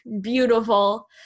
beautiful